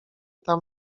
tam